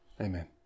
Amen